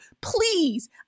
please